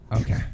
Okay